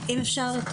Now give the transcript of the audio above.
אם אפשר את